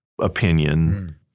opinion